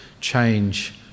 change